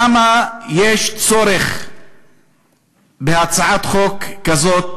למה יש צורך בהצעת חוק כזאת